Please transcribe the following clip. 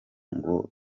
ngo